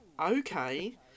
okay